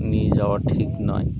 নিয়ে যাওয়া ঠিক নয়